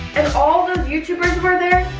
and all those youtubers were there,